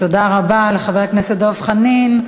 תודה רבה לחבר הכנסת דב חנין.